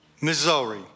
Missouri